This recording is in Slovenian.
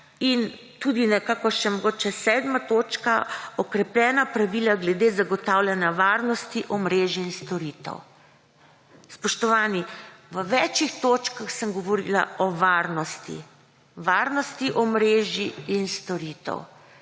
In tudi nekako še mogoče sedma točka, okrepljena pravila glede zagotavljanja varnosti omrežij in storitev. Spoštovani, v več točkah sem govorila o varnosti, varnosti omrežij in storitev